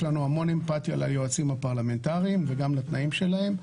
יש לנו המון אמפתיה ליועצים הפרלמנטריים וגם לתנאים שלהם,